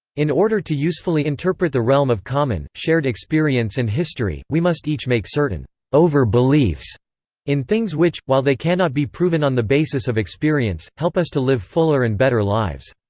in order to usefully interpret the realm of common, shared experience and history, we must each make certain over-beliefs in things which, while they cannot be proven on the basis of experience, help us to live fuller and better lives.